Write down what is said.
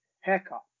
haircut